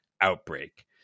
outbreak